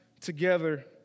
together